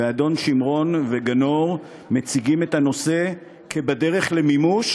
ואדון שמרון וגנור מציגים את הנושא כבדרך למימוש,